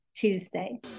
Tuesday